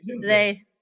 today